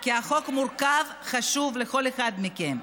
כי החוק מורכב וחשוב לכל אחד מכם.